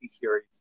series